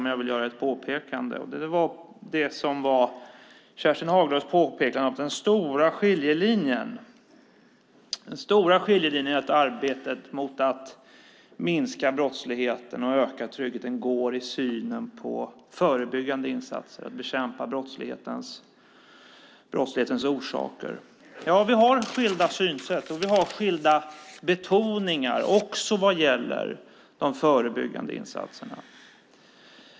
Men jag vill göra ett påpekande när det gäller det som hon sade om att den stora skiljelinjen i arbetet med att minska brottsligheten och öka tryggheten går i synen på förebyggande insatser och bekämpande av brottslighetens orsaker. Vi har skilda synsätt, och vi har skilda betoningar också vad gäller de förebyggande insatserna.